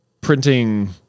printing